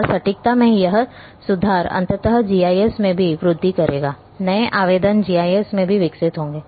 और सटीकता में यह सुधार अंततः जीआईएस में भी वृद्धि करेगा नए आवेदन जीआईएस में भी विकसित होंगे